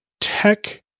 tech